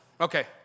Okay